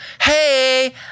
Hey